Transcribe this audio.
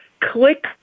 click